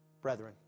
brethren